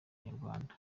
munyarwanda